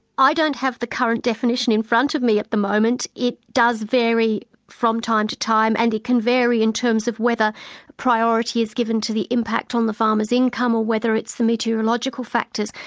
i don't have the current definition in front of me at the moment. it does vary from time to time and it can vary in terms of whether priority is given to the impact on the farmer's income or whether it's the meteorological factors,